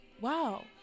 wow